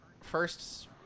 first